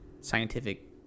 scientific